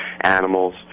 animals